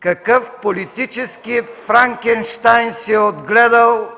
какъв политически Франкенщайн си е отгледал